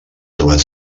trobat